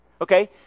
okay